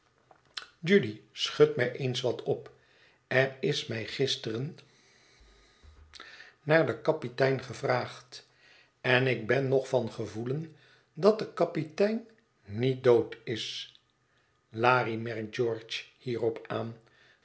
en ik ben nog van gevoelen dat de kapitein niet dood is larie merkt george hierop aan